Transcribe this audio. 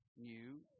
new